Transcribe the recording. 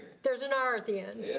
there's an r at the end.